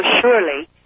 surely